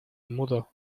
mudo